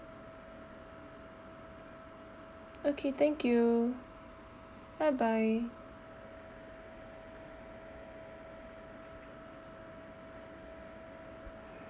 okay thank you bye bye